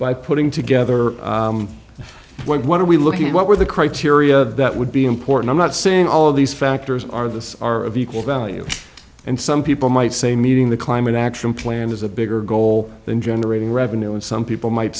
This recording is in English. by putting together what are we looking at what were the criteria that would be important i'm not saying all of these factors are this are of equal value and some people might say meeting the climate action plan is a bigger goal than generating revenue and some people might